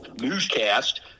newscast